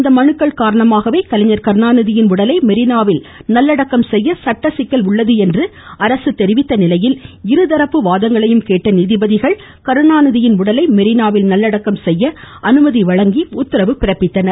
இந்த மனுக்கள் காரணமாகவே கலைஞர் கருணாநிதியின் உடலை மெரீனாவில் நல்லடக்கம் செய்ய சட்ட சிக்கல் உள்ளது என்று அரசு தெரிவித்திருந்த நிலையில் இருதரப்பு வாதங்களையும் கேட்ட நீதிபதிகள் கருணாநிதியின் உடலை மெரீனாவில் நல்லடக்கம் செய்ய அனுமதி வழங்கி ஆணையிட்டனர்